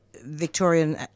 Victorian